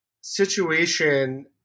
situation